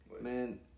Man